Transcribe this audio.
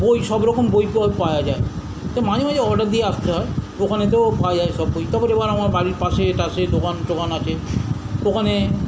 বই সব রকম বই পাওয়া যায় তো মাঝে মাঝে অর্ডার দিয়ে আসতে হয় ওখানে তো পাওয়া যায় সব বই তখন এবার আমার বাড়ির পাশে টাশে দোকান টোকান আছে দোকানে